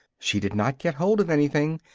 she did not get hold of anything,